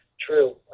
True